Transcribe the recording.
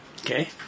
Okay